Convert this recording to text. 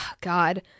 God